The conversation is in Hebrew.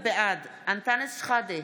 בעד אנטאנס שחאדה,